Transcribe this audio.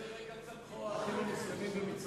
על איזה רקע צמחו "האחים המוסלמים" במצרים,